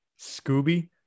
Scooby